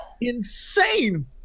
insane